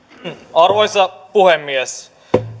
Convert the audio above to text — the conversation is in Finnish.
arvoisa puhemies